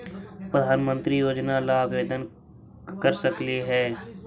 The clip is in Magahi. प्रधानमंत्री योजना ला आवेदन कर सकली हे?